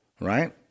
right